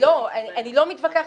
אני לא מתווכחת.